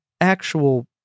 actual